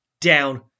down